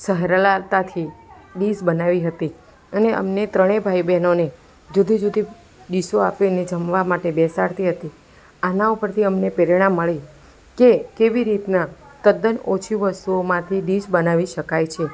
સહરળતાથી dish બનાવી હતી અને અમને ત્રણેય ભાઈબહેનોને જુદી જુદી ડીશો આપીને જમવા માટે બેસાડતી હતી આના ઉપરથી અમને પ્રેરણા મળી કે કેવી રીતના તદ્દન ઓછી વસ્તુઓમાંથી ડીશ બનાવી શકાય છે